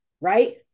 right